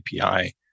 API